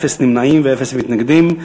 אין נמנעים ואין מתנגדים.